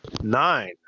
Nine